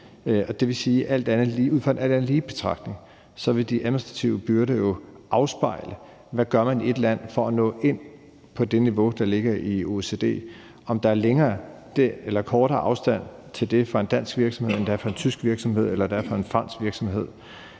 det vil jo ud fra en alt andet lige-betragtning sige, at de administrative byrder vil afspejle, hvad man gør i et land for at nå ind på det niveau, der ligger i OECD. Om der er længere eller kortere afstand til det for en dansk virksomhed, end der er for en tysk virksomhed eller for en fransk virksomhed,